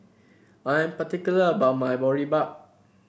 I am particular about my Boribap